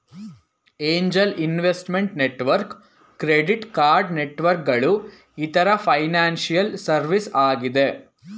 angel investment network, credit card networks ಗಳು ಇತರ financial service ಆಗಿದೆ